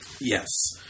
Yes